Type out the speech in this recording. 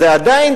ועדיין,